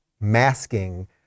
masking